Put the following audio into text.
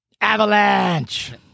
Avalanche